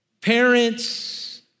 parents